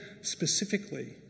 specifically